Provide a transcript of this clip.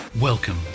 Welcome